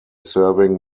serving